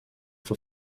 for